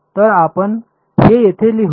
तर आपण हे येथे लिहु